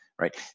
right